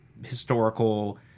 historical